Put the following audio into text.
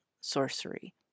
sorcery